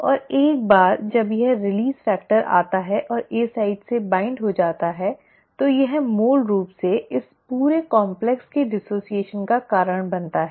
और एक बार जब यह रिलीज फैक्टर आता है और ए साइट से बाइन्ड हो जाता है तो यह मूल रूप से इस पूरे कंपलेक्स के डिसोसिएशॅन का कारण बनता है